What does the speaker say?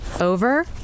over